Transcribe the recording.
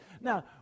Now